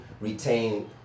retain